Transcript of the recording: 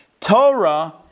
Torah